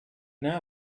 know